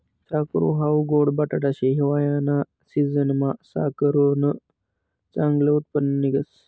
साकरू हाऊ गोड बटाटा शे, हिवायाना सिजनमा साकरुनं चांगलं उत्पन्न निंघस